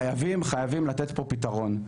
חייבים חייבים לתת פה פתרון.